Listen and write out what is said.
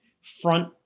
front